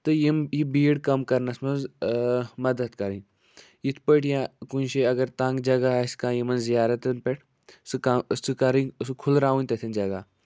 تہٕ یِم یہِ بھیٖڑ کَم کَرنَس منٛز مدتھ کَرٕنۍ یِتھۍ پٲٹھ یا کُنہِ جایہ اَگر تَنگ جگہ آسہِ کانہہ یِمَن زِیارَتن پٮ۪ٹھ سُہ کہ کَرٕنۍ سُہ کھُلراوٕنۍ تَتھٮ۪ن جگہ